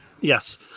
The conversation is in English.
Yes